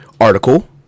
article